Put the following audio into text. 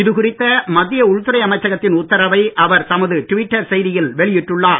இது குறித்த மத்திய உள்துறை அமைச்சகத்தின் உத்தரவை அவர் தமது ட்விட்டர் செய்தியில் வெளியிட்டுள்ளார்